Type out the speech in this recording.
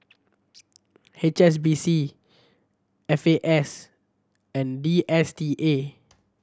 H S B C F A S and D S T A